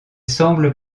semble